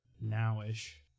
now-ish